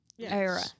era